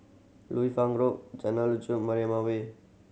Liu Fang Road Jalan Lanjut Mariam Way